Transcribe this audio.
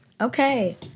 Okay